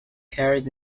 carried